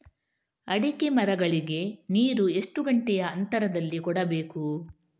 ಅಡಿಕೆ ಮರಗಳಿಗೆ ನೀರು ಎಷ್ಟು ಗಂಟೆಯ ಅಂತರದಲಿ ಕೊಡಬೇಕು?